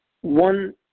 one